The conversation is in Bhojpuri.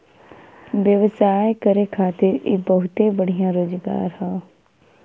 व्यवसाय करे खातिर इ बहुते बढ़िया रोजगार हौ